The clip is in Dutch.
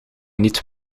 niet